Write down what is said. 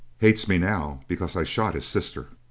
hates me now, because i shot his sister!